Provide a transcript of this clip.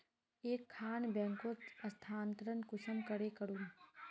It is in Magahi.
एक खान बैंकोत स्थानंतरण कुंसम करे करूम?